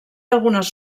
algunes